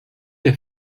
der